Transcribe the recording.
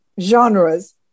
genres